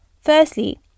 firstly